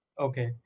Okay